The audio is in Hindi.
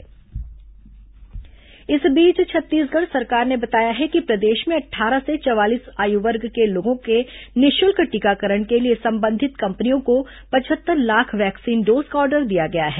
कोरोना टीकाकरण इस बीच छत्तीसगढ़ सरकार ने बताया है कि प्रदेश में अट्ठारह से चवालीस आयु वर्ग के लोगों के निःशुल्क टीकाकरण के लिए संबंधित कंपनियों को पचहत्तर लाख वैक्सीन डोज का आर्डर दिया गया है